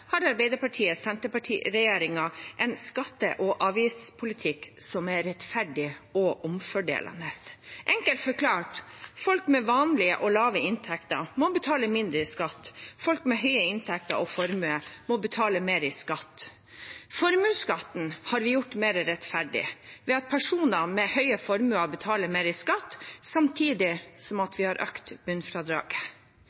har Arbeiderparti–Senterparti-regjeringen en skatte- og avgiftspolitikk som er rettferdig og omfordelende. Enkelt forklart: Folk med vanlige og lave inntekter må betale mindre i skatt. Folk med høye inntekter og høy formue må betale mer i skatt. Formuesskatten har vi gjort mer rettferdig ved at personer med høye formuer betaler mer i skatt, samtidig som